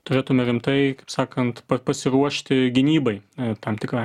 turėtume rimtai kaip sakant pasiruošti gynybai tam tikrai